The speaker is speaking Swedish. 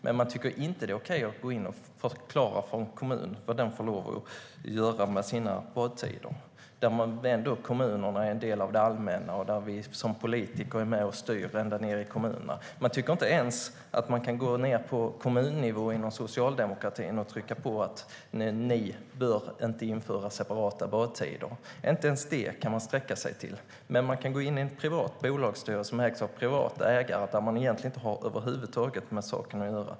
Men man tycker inte att det är okej att gå in och förklara för en kommun vad den får lov att göra med sina badtider. Kommunerna är ändå en del av det allmänna. Vi som politiker är med och styr ända ned i kommunerna. Man tycker inte ens att man kan gå ned på kommunnivå inom Socialdemokraterna och trycka på: Ni bör inte införa separata badtider. Inte ens det kan man sträcka sig till. Men man kan gå in i en privat bolagsstyrelse i ett bolag som ägs av en privat ägare där man över huvud taget inte har med saken att göra.